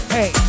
Hey